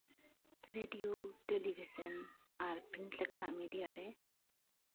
radio television ᱟᱨ print ᱞᱮᱠᱟᱱᱟᱜ ᱢᱤᱰᱤᱭᱟᱨᱮ